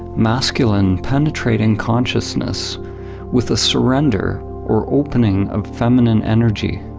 masculine penetrating consciousness with a surrender or opening of feminine energy.